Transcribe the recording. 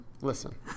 Listen